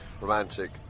romantic